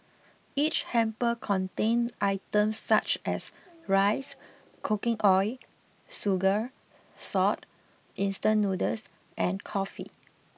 each hamper contained items such as rice cooking oil sugar salt instant noodles and coffee